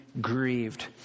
grieved